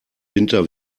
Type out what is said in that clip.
winter